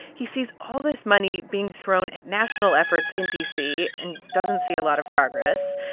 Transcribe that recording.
he sees all this money being thrown at national efforts in d c. and doesn't see a lot of progress.